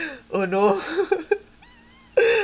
oh no